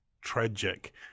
tragic